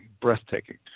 breathtaking